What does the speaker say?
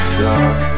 talk